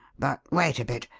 but wait a bit.